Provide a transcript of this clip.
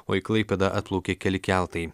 o į klaipėdą atplaukė keli keltai